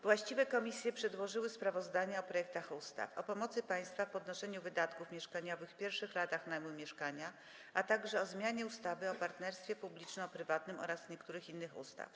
Właściwe komisje przedłożyły sprawozdania o projektach ustaw: - o pomocy państwa w ponoszeniu wydatków mieszkaniowych w pierwszych latach najmu mieszkania, - o zmianie ustawy o partnerstwie publiczno-prywatnym oraz niektórych innych ustaw.